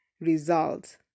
result